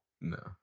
No